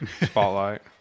spotlight